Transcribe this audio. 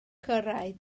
cyrraedd